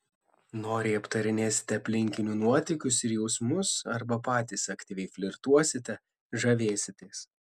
noriai aptarinėsite aplinkinių nuotykius ir jausmus arba patys aktyviai flirtuosite žavėsitės